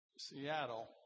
Seattle